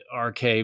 RK